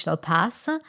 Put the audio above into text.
pass